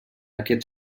aquest